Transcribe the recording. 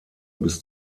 bis